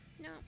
No